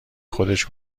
خودش